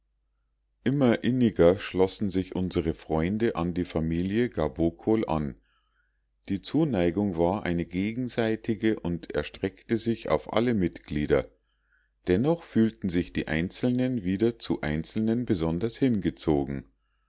immer inniger schlossen sich unsere freunde an die familie gabokol an die zuneigung war eine gegenseitige und erstreckte sich auf alle glieder dennoch fühlten sich die einzelnen wieder zu einzelnen besonders hingezogen